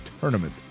tournament